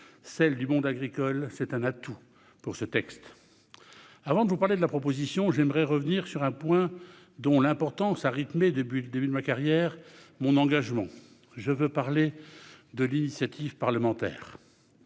celles du monde agricole, ce qui est un atout pour ce texte. Avant de vous parler de la proposition de loi, je reviendrai sur un point dont l'importance rythme, depuis le début de ma carrière, mon engagement politique : l'initiative parlementaire.